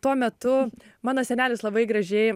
tuo metu mano senelis labai gražiai